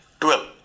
12